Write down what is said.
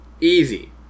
Easy